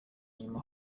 inyuma